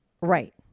Right